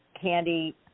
Candy